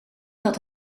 dat